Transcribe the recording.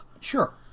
Sure